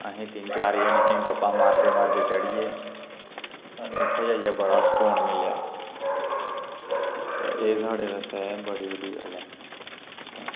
अस तिन चार जनें हे गप्पां मारदे मारदे चढ़ी गे सानूं उत्थें जाइयै बड़ा सकून मिलेआ ते एह् साढ़े बास्तै बड़ी बड्डी गल्ल ऐ